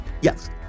Yes